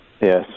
Yes